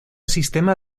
sistema